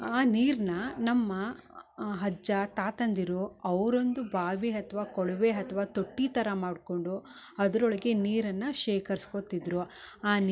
ಆ ನೀರನ್ನ ನಮ್ಮ ಅಜ್ಜ ತಾತಂದಿರು ಅವ್ರು ಒಂದು ಬಾವಿ ಅಥ್ವ ಕೊಳವೆ ಅಥ್ವ ತೊಟ್ಟಿ ಥರ ಮಾಡ್ಕೊಂಡು ಅದರೊಳಗೆ ನೀರನ್ನ ಶೆಖರ್ಸ್ಕೊತಿದ್ದರು ಆ